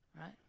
right